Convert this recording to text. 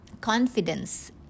confidence